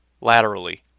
laterally